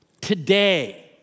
today